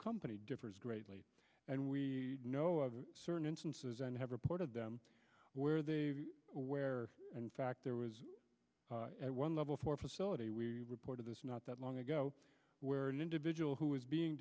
company differs greatly and we know of certain instances and have reported them where they where and fact there was at one level for facility we reported this not that long ago where an individual who was being